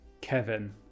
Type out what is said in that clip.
Kevin